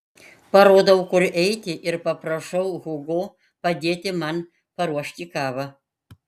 parodau kur eiti ir paprašau hugo padėti man paruošti kavą